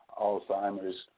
Alzheimer's